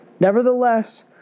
Nevertheless